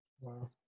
Wow